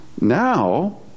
Now